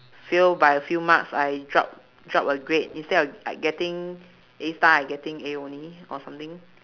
fail by a few marks I drop drop a grade instead of I getting A star I getting A only or something